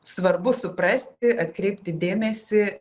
svarbu suprasti atkreipti dėmesį